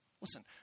Listen